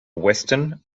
western